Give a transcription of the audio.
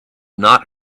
not